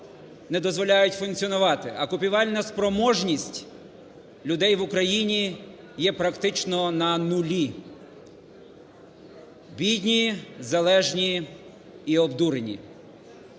не дозволяють функціонувати, а купівельна спроможність людей в Україні є практично на нулі. Бідні, залеж ні і обдурені.